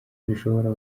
dushobora